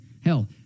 hell